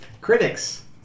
Critics